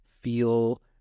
feel